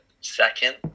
second